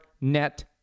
net